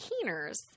Keeners